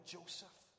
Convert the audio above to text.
Joseph